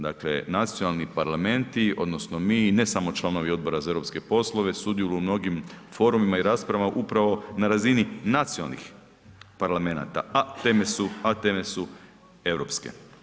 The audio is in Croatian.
Dakle, nacionalni parlamenti odnosno mi, ne samo članovi Odbora za europske poslove sudjeluju u mnogim forumima i raspravama upravo na razini nacionalnih parlamenata, a teme su europske.